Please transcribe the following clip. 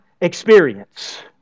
experience